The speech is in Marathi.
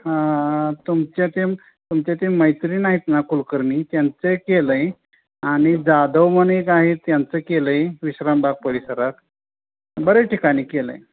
हां तुमचे ते तुमचे ते मैत्रीण आहेत ना कुलकर्णी त्यांचं हे केलं आहे आणि जादव आणि गाईत यांचं केलं आहे विश्रमभाग परिसरात बऱ्याच ठिकाणी केलं आहे